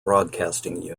broadcasting